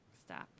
stop